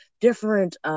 different